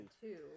two